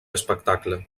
espectacle